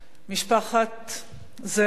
משפחת זאבי,